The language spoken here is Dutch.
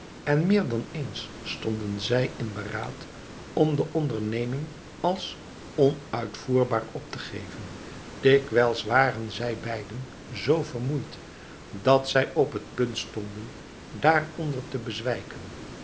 en meer dan eens stonden zij in beraad om de onderneming als onuitvoerbaar op te geven dikwijls waren zij beiden zoo vermoeid dat zij op het punt stonden daar onder te bezwijken